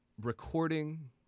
recording